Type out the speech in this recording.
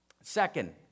Second